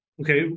Okay